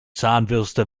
zahnbürste